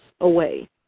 away